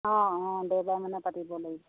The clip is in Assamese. অঁ অঁ দেওবাৰমানে পাতিব লাগিব